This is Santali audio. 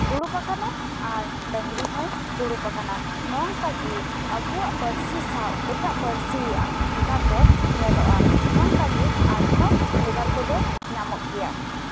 ᱫᱩᱲᱩᱵ ᱟᱠᱟᱱᱟ ᱟᱨ ᱰᱟᱝᱨᱤ ᱦᱚᱸᱭ ᱫᱩᱲᱩᱯ ᱟᱠᱟᱱᱟ ᱱᱚᱝᱠᱟᱜᱮ ᱟᱵᱚᱣᱟᱜ ᱯᱟᱹᱨᱥᱤ ᱥᱟᱶ ᱮᱴᱟᱜ ᱯᱟᱹᱨᱥᱤᱭᱟᱜ ᱵᱷᱮᱜᱟᱨ ᱫᱚ ᱧᱮᱞᱚᱜᱼᱟ ᱱᱚᱝᱠᱟᱜᱮ ᱟᱨᱦᱚᱸ ᱵᱷᱮᱜᱟᱨ ᱠᱚᱫᱚ ᱧᱟᱢᱚᱜ ᱜᱮᱭᱟ